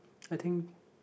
I think